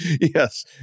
yes